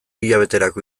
hilabeterako